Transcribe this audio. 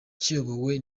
kiyobowe